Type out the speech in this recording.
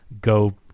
go